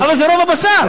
זה רוב הבשר.